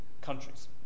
countries